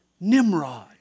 Nimrod